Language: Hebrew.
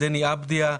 דני אבדיה,